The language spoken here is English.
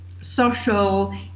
social